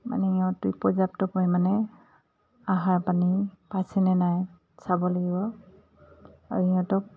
মানে সিহঁত পৰ্যাপ্ত পৰিমাণে আহাৰ পানী পাইছেনে নাই চাব লাগিব আৰু সিহঁতক